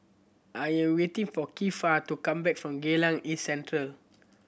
I am waiting for Kiefer to come back from Geylang East Central